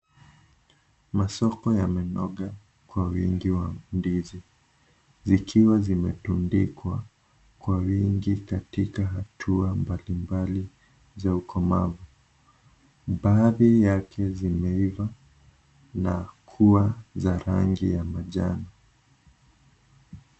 Masoko yamenoga kwa wingi wa ndizi zikiwa zimetundikwa kwa wingi katika hatua mbalimbali za ukomavu. Baadhi yake zimeiva na kuwa za rangi ya manjano.